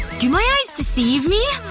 do my eyes deceive me!